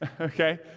okay